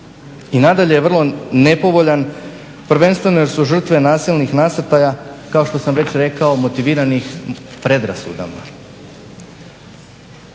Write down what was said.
i nadalje je vrlo nepovoljan, prvenstveno jer su žrtve nasilnih nasrtaja, kao što sam već rekao motivirani predrasudama.